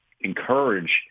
encourage